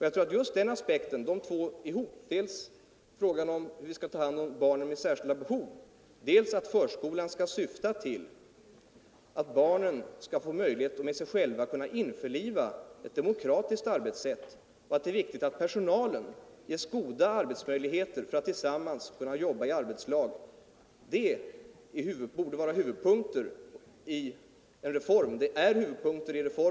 Jag menar att dessa aspekter tillsammans — hur vi skall ta hand om barnen med särskilda behov, att förskolan skall syfta till att barnen skall få möjlighet att med sig själva införliva ett demokratiskt arbetssätt och att det är viktigt att personalen ges goda arbetsmöjligheter, så att man kan jobba i arbetslag — är huvudpunkter i reformen.